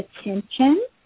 attention